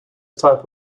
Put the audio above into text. type